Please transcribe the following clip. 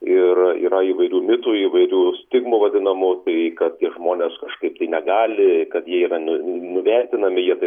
ir yra įvairių mitų įvairių stigmų vadinamų tai kad žmonės kažkaip tai negali kad jie yra nu nuvertinami jie taip